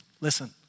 listen